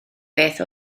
beth